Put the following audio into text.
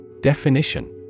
Definition